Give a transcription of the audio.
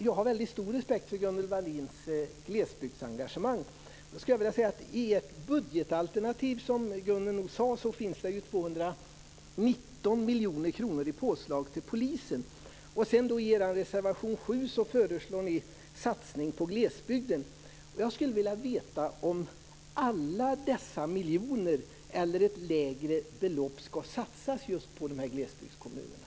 Jag har väldigt stor respekt för Gunnel Wallins glesbygdsengagemang. I ert budgetalternativ finns det 219 miljoner kronor i påslag till polisen. I er reservation 7 föreslår ni en satsning på glesbygden. Jag skulle vilja veta om alla dessa miljoner eller ett mindre belopp ska satsas just på glesbygdskommunerna.